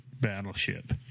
battleship